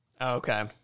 Okay